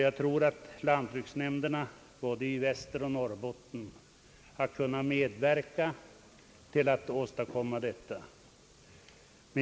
Jag tror att lantbruksnämnderna i både Västerbotten och Norrbotten har kunnat medverka till att åstadkomma detta.